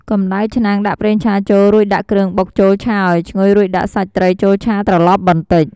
កំដៅឆ្នាំងដាក់ប្រេងឆាចូល រួចដាក់គ្រឿងបុកចូលឆាឱ្យឈ្ងុយរួចដាក់សាច់ត្រីចូលឆាត្រឡប់បន្តិច។